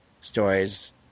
stories